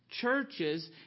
churches